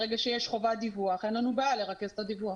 ברגע שיש חובת דיווח אין לנו בעיה לרכז את חובת הדיווח.